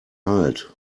halt